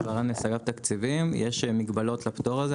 יש מגבלות לפטור הזה.